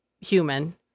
human